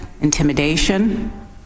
intimidation